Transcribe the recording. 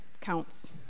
counts